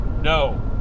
No